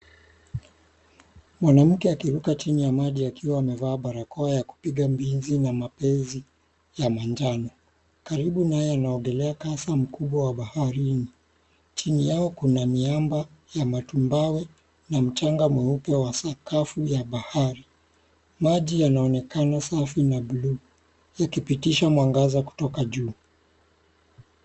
Mwanamke akiruka chini ya maji akiwa amevaa barakoa ya kupiga mbizi na mapenzi ya manjano. Karibu naye anaogelea kasa mkubwa wa baharini. Chini yao kuna miamba ya matumbawe na mchanga mweupe wa sakafu ya bahari. Maji yanaonekana safi na buluu, yakipitisha mwangaza kutoka juu.